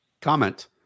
Comment